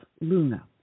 Luna